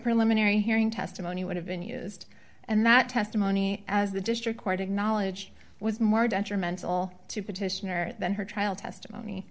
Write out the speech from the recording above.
preliminary hearing testimony would have been used and that testimony as the just recorded knowledge was more detrimental to petitioner than her trial testimony